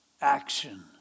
Action